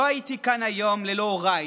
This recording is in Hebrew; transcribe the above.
לא הייתי כאן היום ללא הוריי,